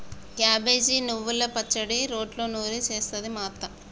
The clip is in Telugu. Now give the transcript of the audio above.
క్యాబేజి నువ్వల పచ్చడి రోట్లో నూరి చేస్తది మా అత్త